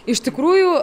iš tikrųjų